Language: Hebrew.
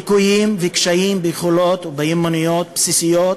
מליקויים ומקשיים ביכולות ובמיומנויות בסיסיות